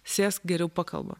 sėsk geriau pakalbam